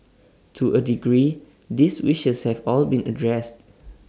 to A degree these wishes have all been addressed